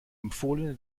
empfohlene